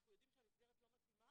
אנחנו יודעים שהמסגרת לא מתאימה,